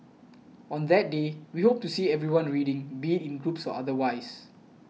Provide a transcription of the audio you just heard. on that day we hope to see everyone reading be in groups otherwise